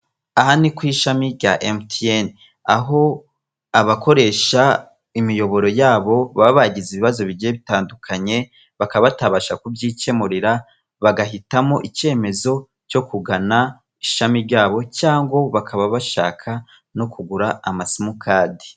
Aha ni ku ishami rya MTN, aho abakoresha imiyoboro yabo baba bagize ibibazo bigiye bitandukanye, bakaba batabasha kubyikemurira bagahitamo icyemezo cyo kugana ishami ryabo, cyangwa bakaba bashaka no kugura amasimukadi.